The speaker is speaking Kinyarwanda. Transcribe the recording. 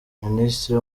ministre